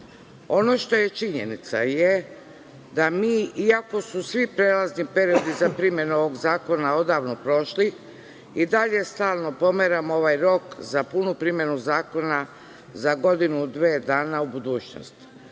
što je činjenica je da mi, iako su svi prelazni periodi za primenu ovog zakona odavno prošli, i dalje stalno pomeramo ovaj rok za punu primenu zakona za godinu-dve dana u budućnost.